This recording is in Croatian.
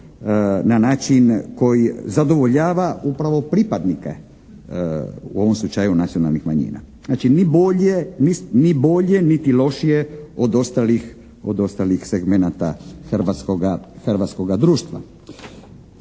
na način koji zadovoljava upravo pripadnike u ovom slučaju nacionalnih manjina. Znači ni bolje niti lošije od ostalih segmenata hrvatskoga društva.